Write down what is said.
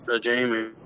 Jamie